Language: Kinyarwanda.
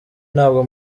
ntabwo